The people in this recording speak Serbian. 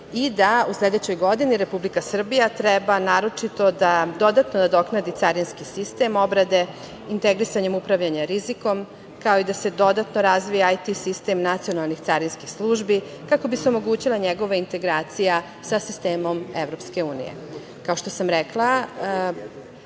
i da u sledećoj godini Republika Srbija treba naročito da dodatno nadogradi carinski sistem obrade, integrisanje upravljanje rizikom, kao i da se dodatno razvija IT sistem nacionalnih carinskih službi, kako bi se omogućila njegova integracija sa sistemom EU.Kao što